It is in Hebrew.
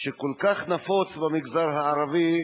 שכל כך נפוץ במגזר הערבי,